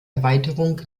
erweiterung